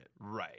Right